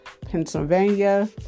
pennsylvania